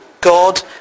God